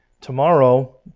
Tomorrow